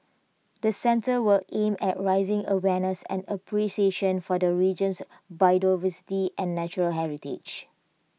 the centre will aim at raising awareness and appreciation for the region's biodiversity and natural heritage